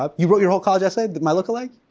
um you wrote your whole college essay my lookalike?